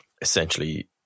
essentially